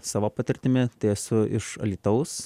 savo patirtimi tai esu iš alytaus